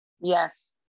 Yes